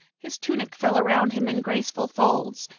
his tunic fell around him in graceful folds,